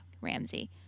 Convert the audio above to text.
Ramsey